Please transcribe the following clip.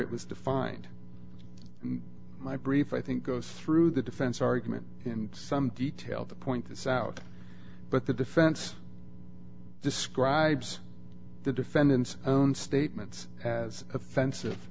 it was defined in my brief i think goes through the defense argument in some detail that point this out but the defense describes the defendant's own statements as offensive